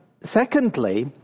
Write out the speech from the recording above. secondly